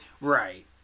Right